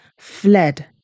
fled